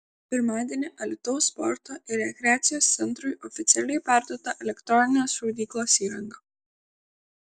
pirmadienį alytaus sporto ir rekreacijos centrui oficialiai perduota elektroninės šaudyklos įranga